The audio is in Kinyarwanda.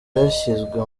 yashyizwe